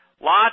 lots